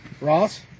Ross